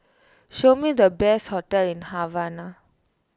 show me the best hotels in Havana